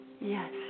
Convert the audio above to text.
Yes